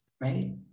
right